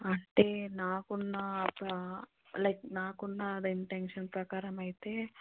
అంటే నాకున్న లైక్ నాకున్న ఇంటెన్షన్ ప్రకారం అయితే